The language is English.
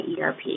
ERP